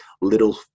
little